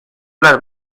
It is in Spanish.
las